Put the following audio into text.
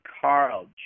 Carl